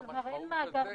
מה המשמעות של זה?